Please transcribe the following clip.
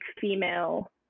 female